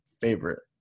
favorite